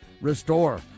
restore